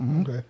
Okay